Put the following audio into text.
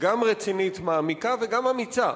גם רצינית, מעמיקה, וגם אמיצה,